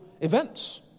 events